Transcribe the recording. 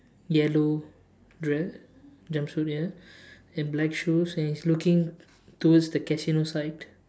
yellow dress jump suit ya and black shoes and he's looking towards the casino side